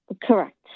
Correct